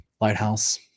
Lighthouse